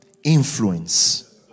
influence